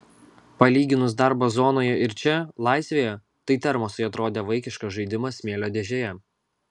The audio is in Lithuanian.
palyginus darbą zonoje ir čia laisvėje tai termosai atrodė vaikiškas žaidimas smėlio dėžėje